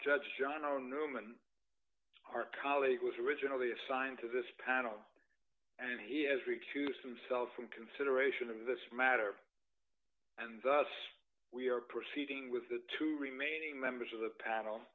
judge john newman our colleague was originally assigned to this panel and he has recused himself from consideration of this matter and thus we are proceeding with the two remaining members of the panel